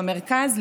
במרכז,